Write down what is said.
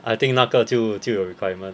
I think 那个就就有 requirement